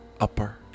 Upper